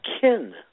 kin